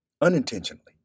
unintentionally